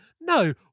no